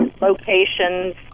locations